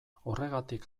horregatik